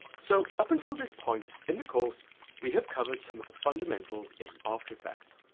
so up until this point in the course we have covered some of the fundamentals in after effects.